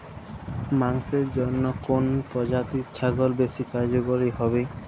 মাংসের জন্য কোন প্রজাতির ছাগল বেশি কার্যকরী হবে?